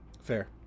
Fair